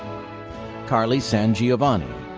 karlee sangiovanni,